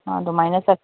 ꯑꯗꯨꯃꯥꯏꯅ